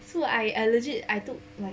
so I legit I took like